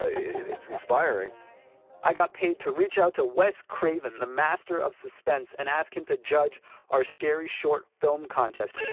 ah it's inspiring i got paid to reach out to wes craven, the master of suspense, and ask him to judge our scary short film contest